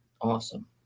Awesome